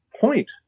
point